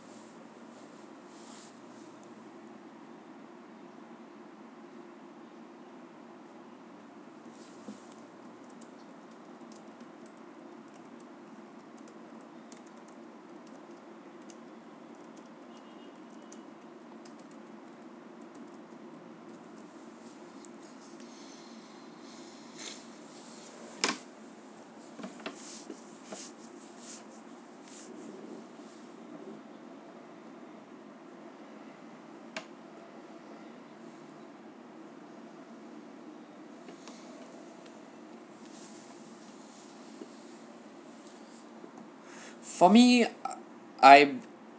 for me I